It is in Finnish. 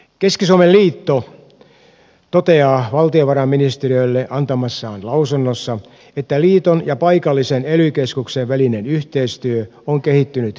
keski suomen liitto toteaa valtiovarainministeriölle antamassaan lausunnossa että liiton ja paikallisen ely keskuksen välinen yhteistyö on kehittynyt merkittävästi